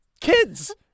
Kids